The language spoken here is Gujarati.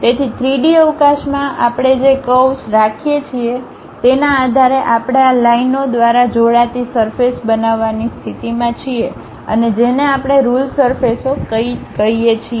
તેથી 3 D અવકાશમાં આપણે જે કર્વ્સ રાખીએ છીએ તેના આધારે આપણે આ લાઈનઓ દ્વારા જોડાતી સરફેસ બનાવવાની સ્થિતિમાં છીએ અને જેને આપણે રુલ સરફેસ ઓ કહીએ છીએ